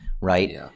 right